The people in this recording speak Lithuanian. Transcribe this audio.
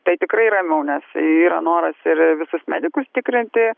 tai tikrai ramiau nes yra noras ir visus medikus tikrinti